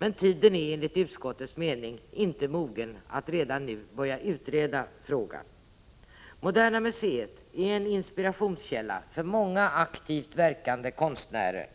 Men tiden är enligt utskottets mening inte mogen att redan nu börja utreda frågan. Moderna museet är en inspirationskälla för många aktivt verkande konstnärer